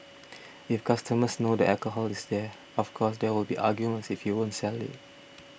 if customers know the alcohol is there of course there will be arguments if you won't sell it